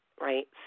right